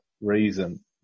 reason